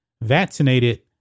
vaccinated